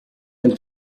and